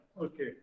Okay